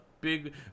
big